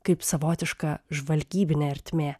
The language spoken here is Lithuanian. kaip savotiška žvalgybinė ertmė